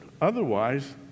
Otherwise